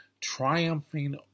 triumphing